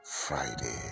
Friday